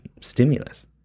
stimulus